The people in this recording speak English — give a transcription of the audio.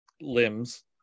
limbs